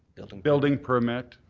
building building permit.